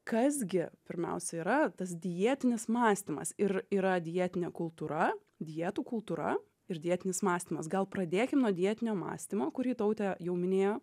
kas gi pirmiausia yra tas dietinis mąstymas ir yra dietinė kultūra dietų kultūra ir dietinis mąstymas gal pradėkim nuo dietinio mąstymo kurį tautė jau minėjo